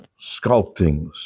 sculptings